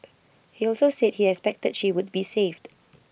he also said he expected she would be saved